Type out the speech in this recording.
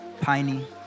piney